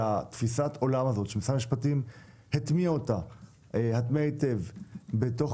תפיסת העולם הזאת שמשרד המשפטים הטמיע הטמע היטב בתוך